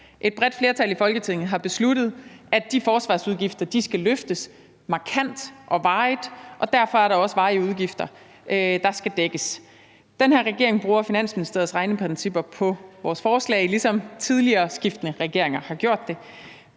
Et bredt flertal i Folketinget har besluttet, at de forsvarsudgifter skal løftes markant og varigt, og derfor er der også varige udgifter, der skal dækkes. Den her regering bruger Finansministeriets regneprincipper på sit forslag, ligesom tidligere skiftende regeringer har gjort det.